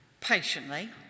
patiently